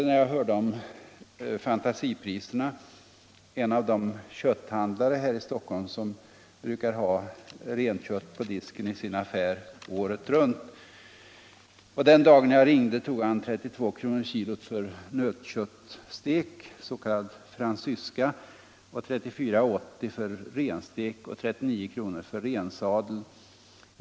När jag hörde om dessa fantasipriser ringde jag en av de kötthandlare här i Stockholm som året om brukar ha renkött på disken i sin affär. Den dag då jag ringde tog han 32 kr. per kilo för nötköttstek, s.k. fransyska, 34:80 kr. för renstek och 39 kr. för rensadel.